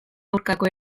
aurkako